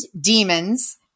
Demons